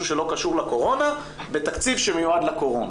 שלא קשור לקורונה בתקציב שמיועד לקורונה'.